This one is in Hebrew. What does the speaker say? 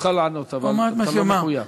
זכותך לענות, אבל אתה לא מחויב.